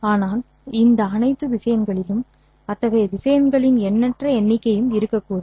ஆனால் இந்த அனைத்து திசையன்களிலும் அத்தகைய திசையன்களின் எண்ணற்ற எண்ணிக்கையும் இருக்கக்கூடும்